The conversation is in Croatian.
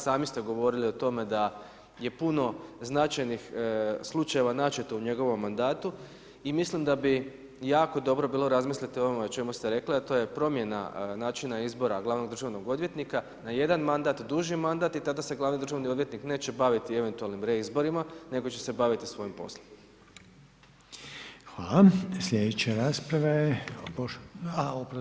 Sami ste govorili o tome da je puno značajnih slučajeva načeto u njegovom mandatu i mislim da bi jako dobro bilo razmisliti o onome o čemu ste rekli, a to je promjena načina izbora glavnog državnog odvjetnika na jedan mandat, duži mandat i tada se glavni državni odvjetnik neće baviti eventualnim reizborima, nego će se baviti svojim poslom.